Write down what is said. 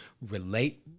relate